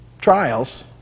trials